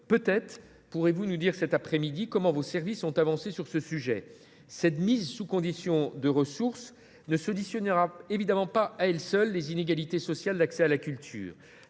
Peut être pourrez vous nous dire, cette après midi, comment vos services ont avancé sur ce sujet. Cette mise sous condition de ressources ne suffira bien sûr pas à combattre les inégalités sociales d’accès à la culture.